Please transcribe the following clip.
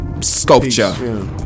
Sculpture